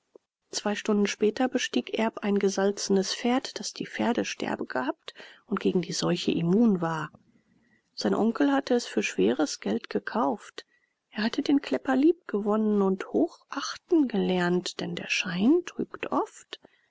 zwei stunden später bestieg erb ein gesalzenes pferd das die pferdesterbe gehabt und gegen die seuche immun war sein onkel hatte es für schweres geld gekauft er hat den klepper lieb gewonnen und hochachten gelernt denn der schein trügt oft